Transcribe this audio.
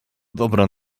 dobra